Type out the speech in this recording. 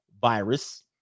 virus